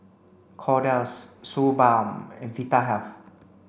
Kordel's Suu balm and Vitahealth